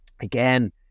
again